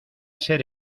ser